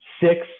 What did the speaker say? six